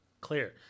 clear